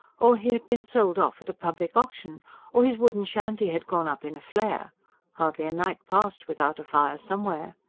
or he had been sold off at public auction or his wooden shanty had gone up in a flare hardly a night passed without a fire somewhere.